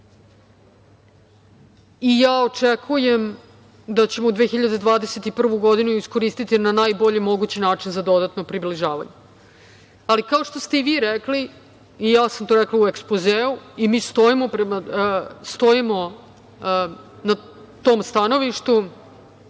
Ja očekujemo da ćemo 2021. godinu iskoristi na najbolji mogući način za dodatno približavanje. Ali, kao što ste i vi rekli, ja sam to rekla u ekspozeu, mi stojimo na tom stanovištu